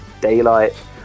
daylight